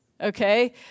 Okay